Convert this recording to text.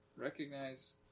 recognize